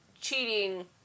cheating